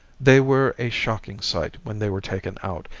they were a shocking sight when they were taken out,